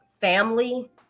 family